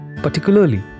particularly